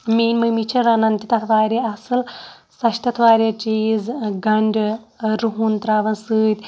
میٛٲنۍ مٔمی چھےٚ رَنان تہِ تَتھ واریاہ اَصٕل سۄ چھِ تَتھ واریاہ چیٖز گَنٛڈٕ روٚہَن ترٛاوان سۭتۍ